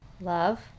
Love